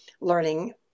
learning